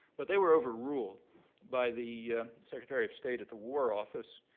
but they were overruled by the secretary of state at the war office,